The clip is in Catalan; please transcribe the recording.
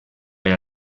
per